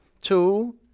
Two